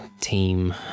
team